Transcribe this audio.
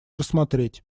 рассмотреть